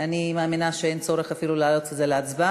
אני מאמינה שאין צורך אפילו להעלות את זה להצבעה.